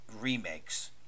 remakes